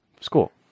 school